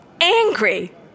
angry